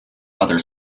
other